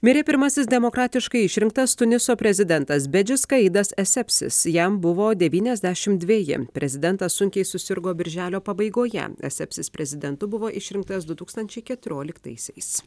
mirė pirmasis demokratiškai išrinktas tuniso prezidentas bedžis kajidas esepsis jam buvo devyniasdešimt dveji prezidentas sunkiai susirgo birželio pabaigoje esepsis prezidentu buvo išrinktas du tūkstančiai keturioliktaisiais